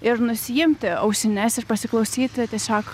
ir nusiimti ausines ir pasiklausyti tiesiog